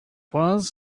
was